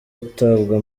atabwa